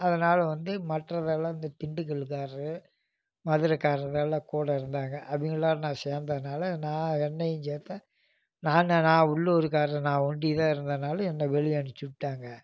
அதனால வந்து மற்றவர்களெல்லாம் இந்த திண்டுக்கல்லுகாரரு மதுரகாரரெல்லாம் கூட இருந்தாங்க அவங்க எல்லோரும் நான் சேர்ந்தனால நான் என்னையும் சேர்த்தா நான் நான் உள்ளூர்காரர் நான் ஒண்டியும்தான் இருந்ததனால என்னை வெளிய அனுப்பிச்சு விட்டாங்க